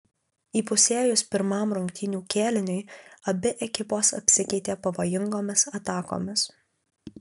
įpusėjus pirmam rungtynių kėliniui abi ekipos apsikeitė pavojingomis atakomis